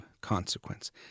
consequence